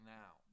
now